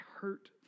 hurt